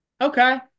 okay